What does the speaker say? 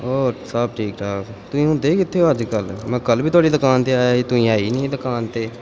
ਹੋਰ ਸਭ ਠੀਕ ਠਾਕ ਤੁਸੀਂ ਹੁੰਦੇ ਕਿੱਥੇ ਹੋ ਅੱਜ ਕੱਲ੍ਹ ਮੈਂ ਕੱਲ੍ਹ ਵੀ ਤੁਹਾਡੀ ਦੁਕਾਨ 'ਤੇ ਆਇਆ ਸੀ ਤੁਸੀਂ ਆਏ ਨਹੀਂ ਸੀ ਦੁਕਾਨ 'ਤੇ